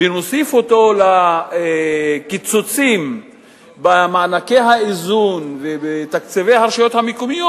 ונוסיף אותם לקיצוצים במענקי האיזון ובתקציבי הרשויות המקומיות,